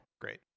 Great